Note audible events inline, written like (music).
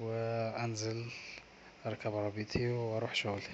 و (hesitation) انزل اركب عربيتي واروح شغلي"